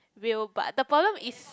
will but the problem is